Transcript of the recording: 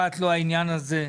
אכפת לו העניין הזה.